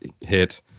hit